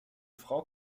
frau